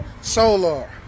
Solar